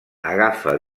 agafa